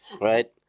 Right